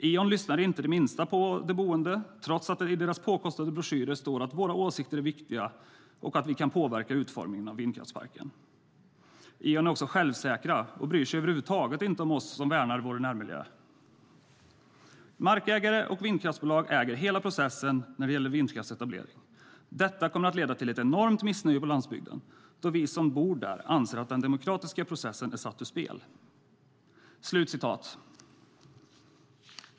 Eon lyssnar inte det minsta på de boende trots att det i deras påkostade broschyrer står att vår åsikt är viktig och att vi kan påverka utformningen av vindkraftsparken. Eon är självsäkra och bryr sig över huvud taget inte om oss som värnar om vårt närområde. Markägare och vindkraftsbolag äger hela processen när det gäller vindkraftsetableringar. Detta kommer att leda till ett enormt missnöje på landsbygden då vi som bor där anser att den demokratiska processen är satt ur spel. Så långt brevet.